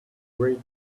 great